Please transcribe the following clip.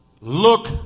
look